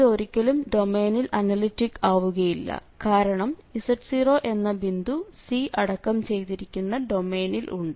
ഇത് ഒരിക്കലും ഡൊമൈനിൽ അനലിറ്റിക് ആവുകയില്ല കാരണം z0 എന്ന ബിന്ദു C അടക്കം ചെയ്തിരിക്കുന്ന ഡൊമൈനിൽ ഉണ്ട്